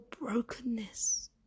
brokenness